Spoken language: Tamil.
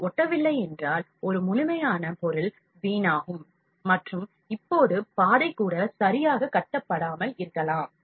அது ஒட்டவில்லை என்றால் ஒரு முழுமையான பொருள் வீணாகும் மற்றும் இப்போது பாதை கூட சரியாக கட்டப்படாமல் இருக்கலாம்